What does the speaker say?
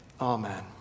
amen